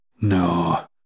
No